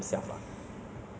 what will you do